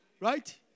Right